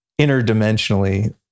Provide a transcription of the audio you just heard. interdimensionally